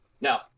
now